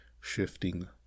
Shifting